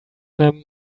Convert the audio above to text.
them